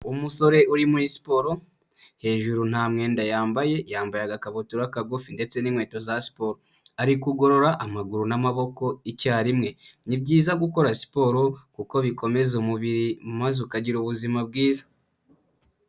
Umusore uri muri siporo, hejuru ntamwenda yambaye, yambaye agakabutura kagufi ndetse n'inkweto za siporo, ari kugorora amaguru n'amaboko icyarimwe, ni byiza gukora siporo kuko bikomeza umubiri maze ukagira ubuzima bwiza.